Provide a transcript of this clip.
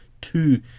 two